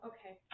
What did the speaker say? Okay